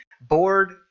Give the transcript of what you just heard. board